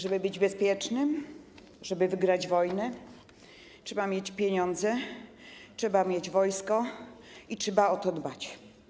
Żeby być bezpiecznym, żeby wygrać wojnę, trzeba mieć pieniądze, trzeba mieć wojsko i trzeba o to dbać.